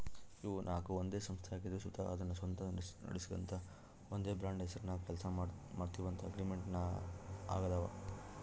ಇವು ನಾಕು ಒಂದೇ ಸಂಸ್ಥೆ ಆಗಿದ್ರು ಸುತ ಅದುನ್ನ ಸ್ವಂತ ನಡಿಸ್ಗಾಂತ ಒಂದೇ ಬ್ರಾಂಡ್ ಹೆಸರ್ನಾಗ ಕೆಲ್ಸ ಮಾಡ್ತೀವಂತ ಅಗ್ರಿಮೆಂಟಿನಾಗಾದವ